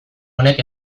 honek